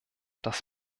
das